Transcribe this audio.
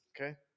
Okay